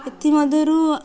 ସେଥିମଧ୍ୟରୁ